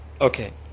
okay